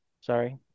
Sorry